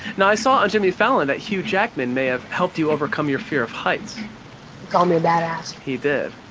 now i saw on jimmy fallon that hugh jackman may have helped you overcome your fear of heights? he called me a, badass. he did?